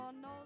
no